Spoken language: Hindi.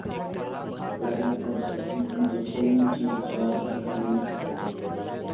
तो अभी तक मतलब कोई चीज़ का लाभ सरकारी नहीं